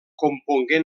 compongué